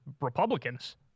Republicans